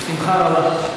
בשמחה רבה.